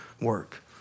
work